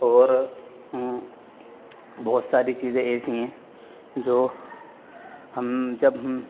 اور بہت ساری چیزیں ایسی ہیں جو ہم جب ہم